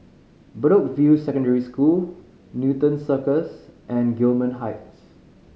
Bedok View Secondary School Newton Cirus and Gillman Heights